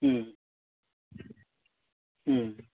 ம் ம்